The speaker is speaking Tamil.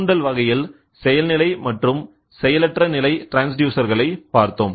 தூண்டல் வகையில் செயல்நிலை மற்றும் செயலற்ற நிலை ட்ரான்ஸ்டியூசர் களைப் பார்த்தோம்